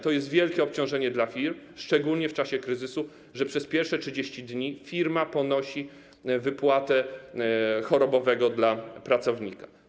To jest wielkie obciążenie dla firm, szczególnie w czasie kryzysu, że przez pierwsze 30 dni firma ponosi koszty wypłaty chorobowego dla pracownika.